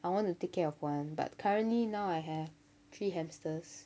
I want to take care of one but currently now I have three hamsters